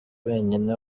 wenyine